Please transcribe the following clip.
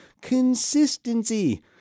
consistency